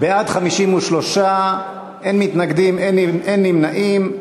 בעד, 53, אין מתנגדים, אין נמנעים.